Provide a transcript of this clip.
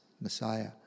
Messiah